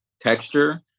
texture